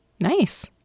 Nice